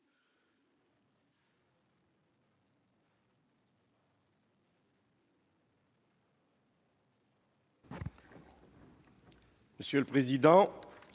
Monsieur le président,